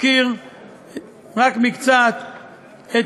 אזכיר רק מקצתם,